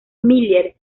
miller